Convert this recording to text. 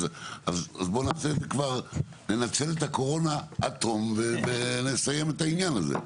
אז בוא ננצל את הקורונה עד תום ונסיים את העניין הזה.